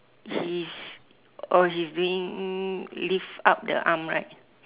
he's oh he's doing lift up the arm right